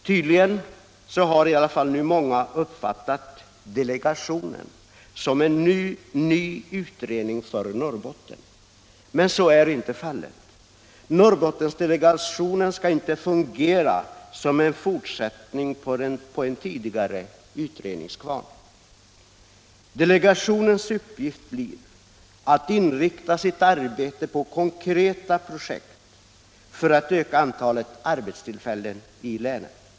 Tydligen har i alla fall många nu uppfattat delegationen som en ny utredning för Norrbotten. Så är dock inte fallet. Norrbottensdelegationen skall inte fungera som en fortsättning på en tidigare utredningskvarn. Delegationens uppgift blir att inrikta sitt arbete på konkreta projekt för att öka antalet arbetstillfällen i länet.